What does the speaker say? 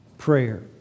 prayer